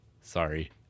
Sorry